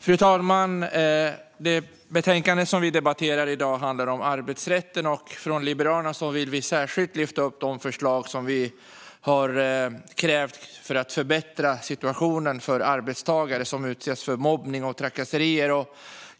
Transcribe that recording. Fru talman! Det betänkande som vi debatterar i dag handlar om arbetsrätten. Vi från Liberalerna vill särskilt lyfta upp de förslag som vi har för att förbättra situationen för arbetstagare som utsätts för mobbning och trakasserier.